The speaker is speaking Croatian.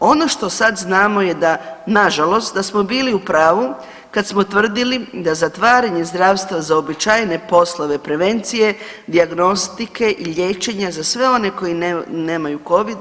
Ono što sad znamo je da nažalost da smo bili u pravu kada smo tvrdili da zatvaranje zdravstva za uobičajene poslove prevencije, dijagnostike i liječenja za sve one koji nemaju covid